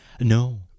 No